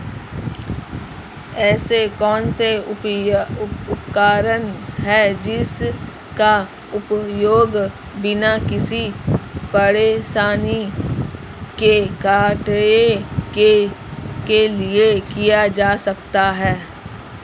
ऐसे कौनसे उपकरण हैं जिनका उपयोग बिना किसी परेशानी के कटाई के लिए किया जा सकता है?